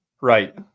Right